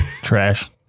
Trash